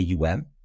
AUM